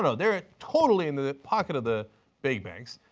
so they are totally in the pockets of the big banks,